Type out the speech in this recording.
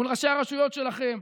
מול ראשי הרשויות שלכם,